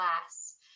class